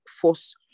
force